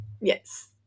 Yes